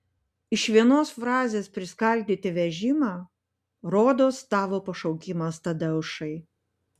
iš vienos frazės priskaldyti vežimą rodos tavo pašaukimas tadeušai